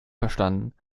verstanden